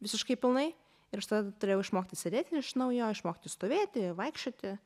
visiškai pilnai ir aš tada turėjau išmokti sėdėti iš naujo išmokti stovėti vaikščioti